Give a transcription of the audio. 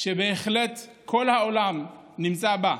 ובהחלט כל העולם נמצא בה,